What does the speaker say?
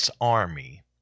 army